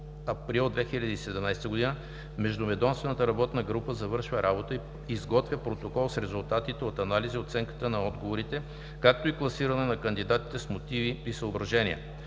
април 2017 г. междуведомствената работна група завършва работа и изготвя протокол с резултатите от анализа и оценката на отговорите, както и класиране на кандидатите с мотиви и съображения;